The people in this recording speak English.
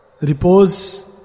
Repose